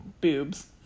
boobs